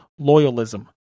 loyalism